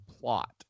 plot